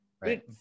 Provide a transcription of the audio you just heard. Right